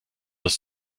das